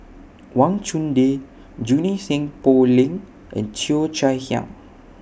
Wang Chunde Junie Sng Poh Leng and Cheo Chai Hiang